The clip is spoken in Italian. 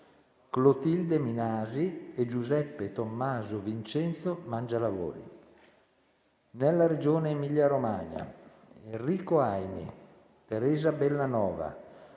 Clotilde Minasi, Giuseppe Tommaso Vincenzo Mangialavori; nella Regione Emilia Romagna: Enrico Aimi, Teresa Bellanova,